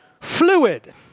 fluid